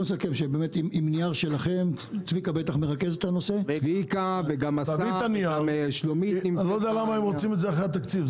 אני לא יודע למה הם רוצים את זה רק אחרי התקציב.